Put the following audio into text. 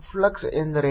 flux ಎಂದರೇನು